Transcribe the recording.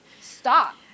Stop